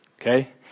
okay